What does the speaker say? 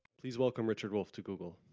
please welcome richard wolff to google.